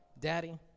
Daddy